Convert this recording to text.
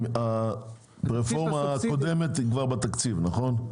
--- הרפורמה הקודמת היא כבר בתקציב, נכון?